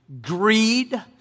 greed